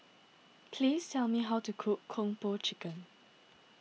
please tell me how to cook Kung Po Chicken